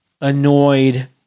annoyed